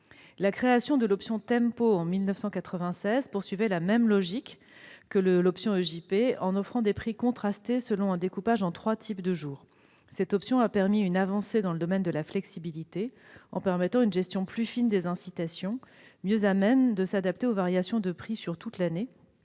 La création de l'option Tempo en 1996 poursuivait la même logique que l'option EJP, en offrant des prix contrastés selon un découpage en trois types de jours. Cette option a permis une avancée dans le domaine de la flexibilité, en permettant une gestion plus fine des incitations, mieux à même de s'adapter aux variations de prix sur toute l'année,